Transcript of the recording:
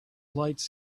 lights